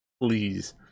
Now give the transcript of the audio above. please